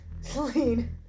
Celine